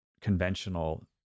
conventional